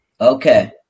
Okay